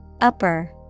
Upper